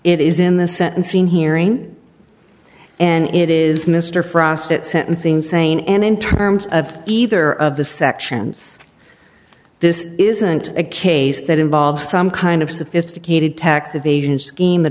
it is in the sentencing hearing and it is mr frost at sentencing saying and in terms of either of the sections this isn't a case that involves some kind of sophisticated tax evasion scheme that